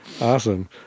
Awesome